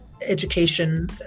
education